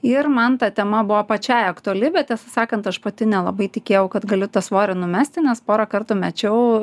ir man ta tema buvo pačiai aktuali bet tiesą sakant aš pati nelabai tikėjau kad galiu tą svorį numesti nes porą kartų mečiau